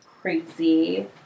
crazy